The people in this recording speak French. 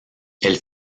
elle